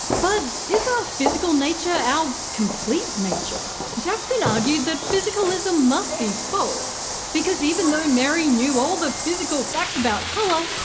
but is our physical nature our complete nature? jackson argued that physicalism must be false because even though mary knew all the physical facts about color,